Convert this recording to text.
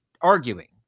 arguing